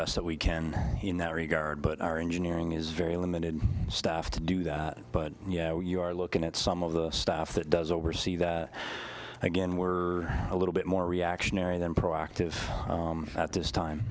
best that we can in that regard but our engineering is very limited stuff to do that but yeah you are looking at some of the stuff that does oversee that again we're a little bit more reactionary than proactive at this time